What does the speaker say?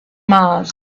mars